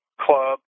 club